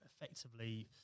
effectively